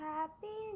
Happy